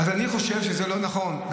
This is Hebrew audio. אז אני חושב שזה לא נכון,